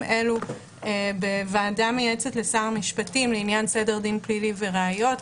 אלה בוועדה המייעצת לשר המשפטים לעניין סדר פלילי וראיות,